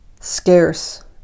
scarce